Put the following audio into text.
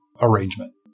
arrangement